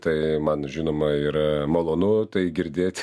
tai man žinoma yra malonu tai girdėt